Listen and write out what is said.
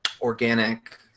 organic